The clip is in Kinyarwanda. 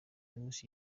james